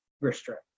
restrict